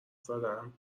زدم